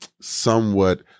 somewhat